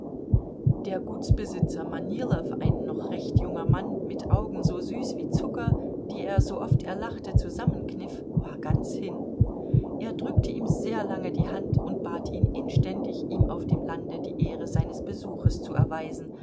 der gutsbesitzer manilow ein noch recht junger mann mit augen so süß wie zucker die er sooft er lachte zusammenkniff war ganz hin er drückte ihm sehr lange die hand und bat ihn inständig ihm auf dem lande die ehre seines besuches zu erweisen